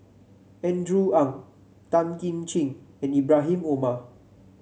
Andrew Ang Tan Kim Ching and Ibrahim Omar